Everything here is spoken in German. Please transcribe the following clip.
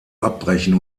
abbrechen